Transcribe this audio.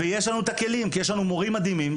יש לנו הכלים כי יש לנו מורים מדהימים